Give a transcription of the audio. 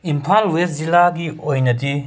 Imphal west ꯖꯤꯂꯥꯒꯤ ꯑꯣꯏꯅꯗꯤ